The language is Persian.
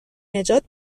نجات